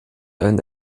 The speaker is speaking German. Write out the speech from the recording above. einen